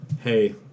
hey